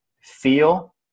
feel